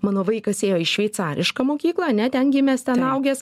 mano vaikas ėjo į šveicarišką mokyklą ane ten gimęs ten augęs